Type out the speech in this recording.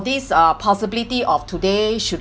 this uh possibility of today should